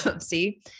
see